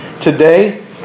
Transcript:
today